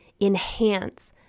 enhance